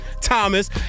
Thomas